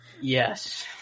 Yes